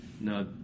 No